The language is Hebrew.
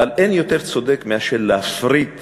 אבל אין יותר צודק מאשר להפריט